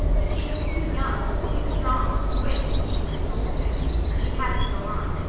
she was too young, too strong, to quit because she was soul sick she had to go on.